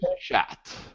chat